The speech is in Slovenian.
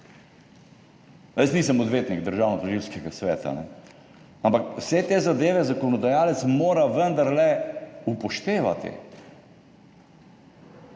jaz nisem odvetnik Državnotožilskega sveta, ampak vse te zadeve zakonodajalec mora vendarle upoštevati.